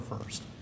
first